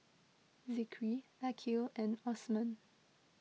Zikri Aqil and Osman